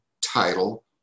title